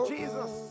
Jesus